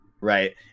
right